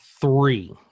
three